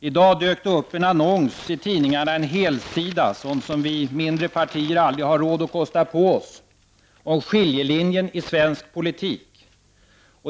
I dag dök det upp en helsidesannons i tidningarna, en sådan som vi i de mindre partierna aldrig har råd att kosta på oss, om skiljelinjen i svensk politik.